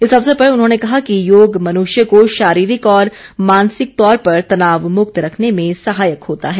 इस अवसर पर उन्होंने कहा कि योग मनुष्य को शारीरिक और मानसिक तौर पर तनावमुक्त रखने में सहायक होता है